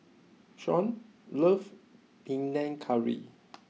Shaun loves Panang Curry